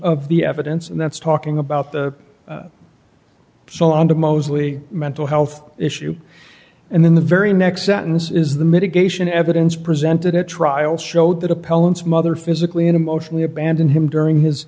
of the evidence and that's talking about the so on to mostly mental health issue and then the very next sentence is the mitigation evidence presented at trial showed that appellant's mother physically emotionally abandoned him during his